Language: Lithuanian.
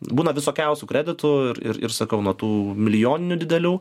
būna visokiausių kreditų ir ir ir sakau nuo tų milijoninių didelių